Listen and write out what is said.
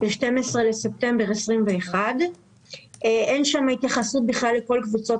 ב-12 בספטמבר 2021. אין שם התייחסות לכל קבוצות